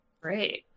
Great